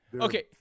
Okay